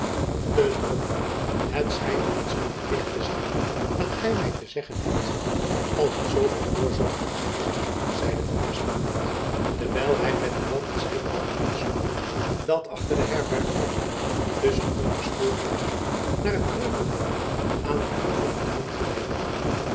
te drommel het schijnt iets van gewicht te zijn dat gy my te zeggen hebt als het zooveel voorzorg vereischt zeide van espenblad terwijl hy met buat het zijpad insloeg dat achter de herberg om tusschen een geschoren haag naar het kreupelhout aan den voet van t duin geleidde